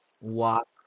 walk